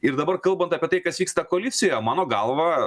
ir dabar kalbant apie tai kas vyksta koalicijoje mano galva